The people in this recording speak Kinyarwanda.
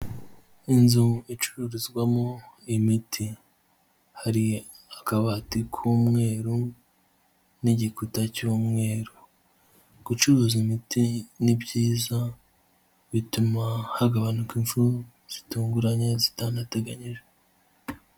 Inzu icururizwamo imiti hari akabati k'umweru n'igikuta cy'umweru, gucuruza imiti ni byiza bituma hagabanuka imfu zitunguranye zitanateganyijwe.